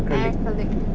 acrylic